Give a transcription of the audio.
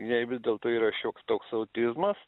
jai vis dėlto yra šioks toks autizmas